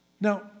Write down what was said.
Now